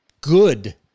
good